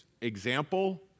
example